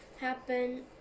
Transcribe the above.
happen